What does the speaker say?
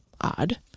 Odd